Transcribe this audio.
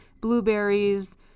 blueberries